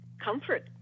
comfort